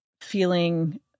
feeling